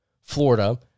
Florida